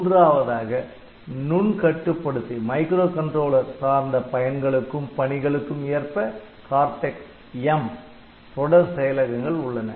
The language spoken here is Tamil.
மூன்றாவதாக நுண் கட்டுப்படுத்தி சார்ந்த பயன்களுக்கும் பணிகளுக்கும் ஏற்ப Cortex M தொடர் செயலகங்கள் உள்ளன